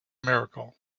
miracle